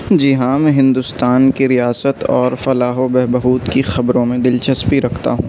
جی ہاں میں ہندوستان کے ریاست اور فلاح و بہبود کی خبروں میں دلچسپی رکھتا ہوں